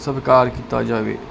ਸਤਿਕਾਰ ਕੀਤਾ ਜਾਵੇ